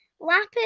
Lapis